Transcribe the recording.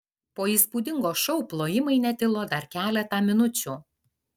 po įspūdingo šou plojimai netilo dar keletą minučių